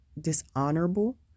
dishonorable